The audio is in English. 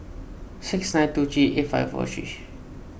six nine two three eight five four three